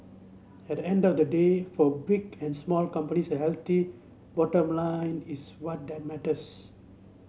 at the end of the day for big and small companies a healthy bottom line is what that matters